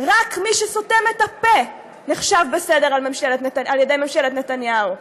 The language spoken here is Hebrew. רק מי שסותם את הפה נחשב בסדר על-ידי ממשלת נתניהו.